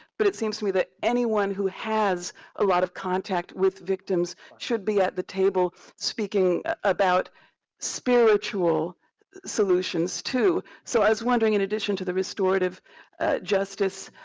but it seems to me that anyone who has a lot of contact with victims should be at the table speaking about spiritual solutions too. so as wondering, in addition to the restorative justice,